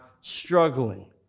struggling